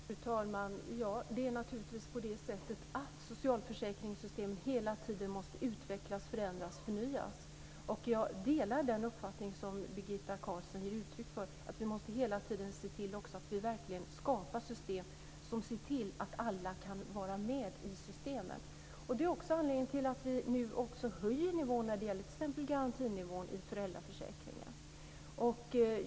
Fru talman! Det är naturligtvis på det sättet att socialförsäkringssystemen hela tiden måste utvecklas, förändras och förnyas. Jag delar den uppfattning som Birgitta Carlsson ger uttryck för, att vi hela tiden måste se till att verkligen skapa system som gör att alla kan vara med. Det är också anledningen till att vi nu höjer t.ex. garantinivån i föräldraförsäkringen.